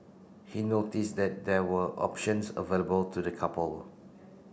he notice that there were options available to the couple